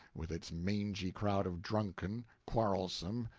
with its mangy crowd of drunken, quarrelsome,